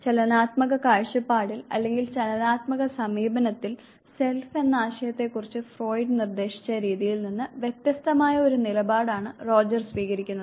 ചലനാത്മക കാഴ്ചപ്പാടിൽ അല്ലെങ്കിൽ ചലനാത്മക സമീപനത്തിൽ സെൽഫ് എന്ന ആശയത്തെ കുറിച്ച് ഫ്രോയിഡ് നിർദ്ദേശിച്ച രീതിയിൽ നിന്ന് വ്യത്യസ്തമായ ഒരു നിലപാട് ആണ് റോജർ സ്വീകരിക്കുന്നത്